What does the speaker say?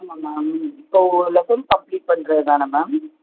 ஆமாம் மேம் இப்போ lesson complete பண்ணுறதுதான மேம்